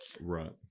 right